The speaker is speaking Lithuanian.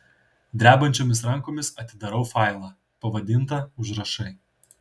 drebančiomis rankomis atidarau failą pavadintą užrašai